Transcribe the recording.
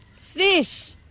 fish